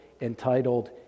entitled